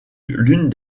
l’une